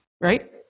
right